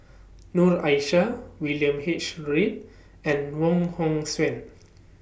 Noor Aishah William H Read and Wong Hong Suen